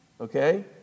Okay